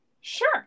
Sure